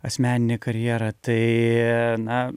asmeninė karjera tai na